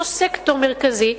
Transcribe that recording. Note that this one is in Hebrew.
אותו סקטור מרכזי,